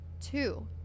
two